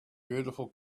beautiful